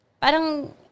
parang